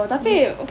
if